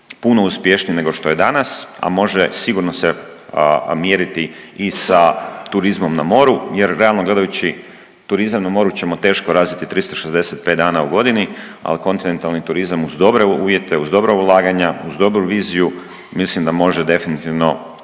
puno uspješniji nego što je danas, a može sigurno se mjeriti i sa turizmom na moru jer realno gledajući turizam na moru ćemo teško razviti 365 dana u godini, ali kontinentalni turizam uz dobre uvjete, uz dobra ulaganja, uz dobru viziju mislim da može definitivno